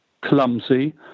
clumsy